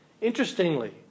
Interestingly